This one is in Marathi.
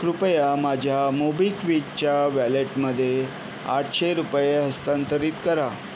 कृपया माझ्या मोबिक्विकच्या वॅलेटमध्ये आठशे रुपये हस्तांतरित करा